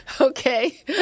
Okay